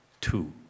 two